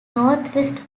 northwest